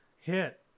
hit